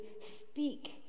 speak